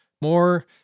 more